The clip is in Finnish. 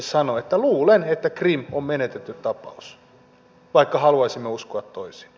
luulen että krim on menetetty tapaus vaikka haluaisimme uskoa toisin